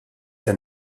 dan